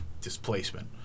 displacement